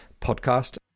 podcast